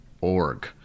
org